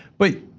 but